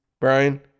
Brian